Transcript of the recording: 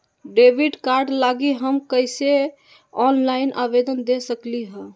Debit card लागी हम कईसे ऑनलाइन आवेदन दे सकलि ह?